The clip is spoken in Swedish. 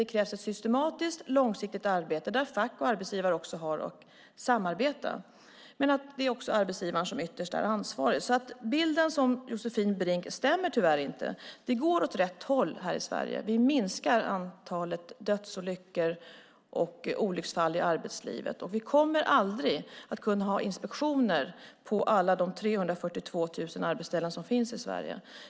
Det krävs ett systematiskt och långsiktigt arbete där fack och arbetsgivare har att samarbeta. Men det är arbetsgivaren som ytterst är ansvarig. Bilden som Josefin Brink ger stämmer tyvärr inte. Det går åt rätt håll här i Sverige. Vi minskar antalet dödsolyckor och olycksfall i arbetslivet. Vi kommer aldrig att kunna ha inspektioner på alla de 342 000 arbetsställen som finns i Sverige.